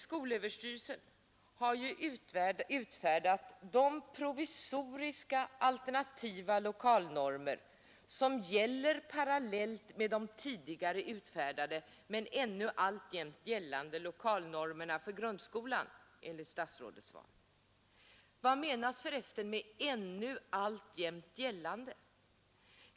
Skolöverstyrelsen har ju utfärdat de provisoriska alternativa lokalnormer som gäller parallellt med de tidigare utfärdade men ännu alltjämt gällande lokalnormerna för grundskolan enligt statsrådets svar. Vad menas för resten med ”ännu alltjämt gällande”?